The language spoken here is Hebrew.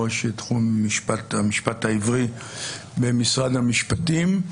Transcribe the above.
ראש תחום משפט העברי במשרד המשפטים.